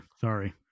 Sorry